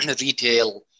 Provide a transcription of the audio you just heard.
retail